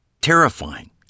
Terrifying